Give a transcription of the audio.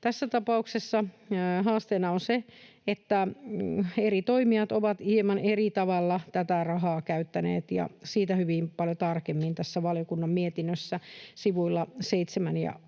Tässä tapauksessa haasteena on se, että eri toimijat ovat hieman eri tavalla tätä rahaa käyttäneet, ja siitä on hyvin paljon tarkemmin tässä valiokunnan mietinnössä sivuilla 7 ja 8.